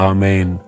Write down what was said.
Amen